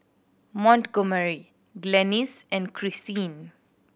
Montgomery Glennis and Krystin